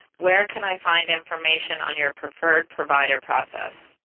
where can i find information on your preferred provider process?